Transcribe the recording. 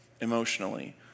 emotionally